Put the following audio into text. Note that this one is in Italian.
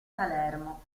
palermo